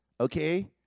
Okay